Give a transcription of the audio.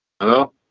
Hello